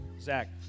Zach